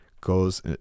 goes